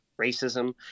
racism